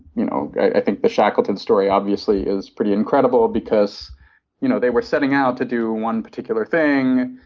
you know think the shackleton story, obviously, is pretty incredible because you know they were setting out to do one particular thing.